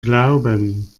glauben